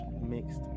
mixed